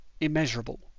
immeasurable